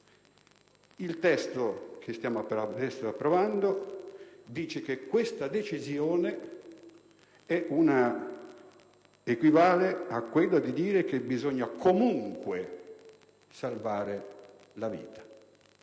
Il testo che stiamo per approvare dice che questa decisione equivale a dire che bisogna comunque salvare la vita.